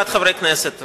41 חברי כנסת.